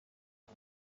شما